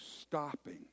stopping